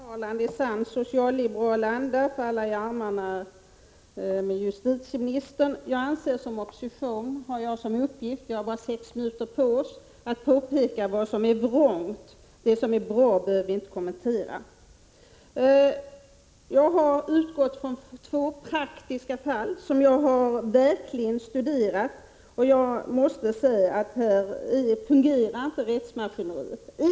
Herr talman! Det var intressant att höra på Karin Ahrland. I sann socialliberal-anda föll hon i armarna på justitieministern. Jag anser att jag i egenskap av politiker i oppositionsställning har till uppgift att peka på vad som är vrångt. Det som är bra behöver vi inte kommentera. Jag hade i mitt första inlägg enligt debattreglerna bara sex minuter på mig. Jag har utgått från två praktiska fall som jag verkligen har studerat, och jag måste säga att här fungerar inte rättsmaskineriet.